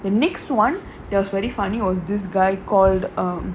the next one was very funny was this guy called um